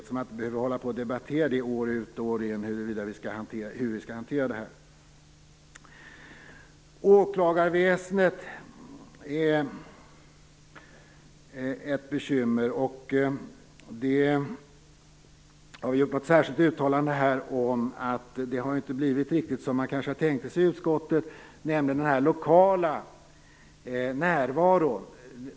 Vi skall inte behöva debattera år ut och år in hur vi skall hantera detta. Åklagarväsendet är ett bekymmer. Vi har gjort ett särskilt uttalande här om att det inte har blivit riktigt som utskottet tänkte sig när det gäller den lokala närvaron.